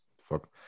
fuck